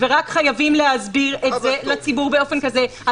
וחייבים להסביר את זה לציבור באופן כזה.